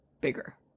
bigger